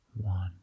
one